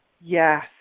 Yes